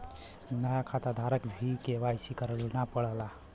नया खाताधारक के भी के.वाई.सी करना पड़ला